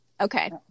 Okay